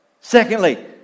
Secondly